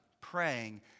praying